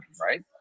right